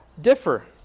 differ